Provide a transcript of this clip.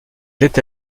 est